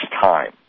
time